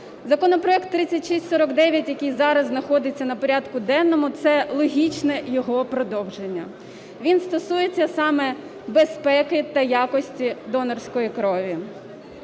Законопроект 3649, який зараз знаходиться на порядку денному, це логічне його продовження. Він стосується саме безпеки та якості донорської крові.